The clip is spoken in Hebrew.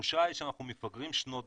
התחושה היא שאנחנו מפגרים שנות דור